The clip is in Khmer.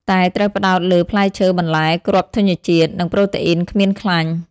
តែត្រូវផ្តោតលើផ្លែឈើ បន្លែ គ្រាប់ធញ្ញជាតិ និងប្រូតេអ៊ីនគ្មានខ្លាញ់។